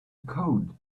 code